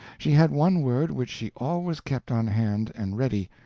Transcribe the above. she had one word which she always kept on hand, and ready,